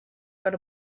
got